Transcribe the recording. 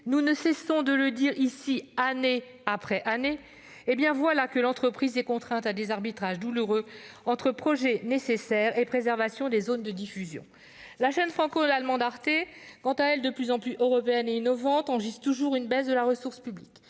nous ne cessons de le dire ici, année après année -, voilà que l'entreprise est contrainte à des arbitrages douloureux entre nouveaux projets nécessaires et préservation des zones de diffusion. La chaîne franco-allemande Arte, qui est de plus en plus européenne et innovante, enregistre toujours une baisse de la ressource publique.